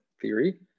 theory